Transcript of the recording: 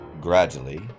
Gradually